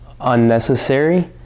unnecessary